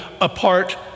apart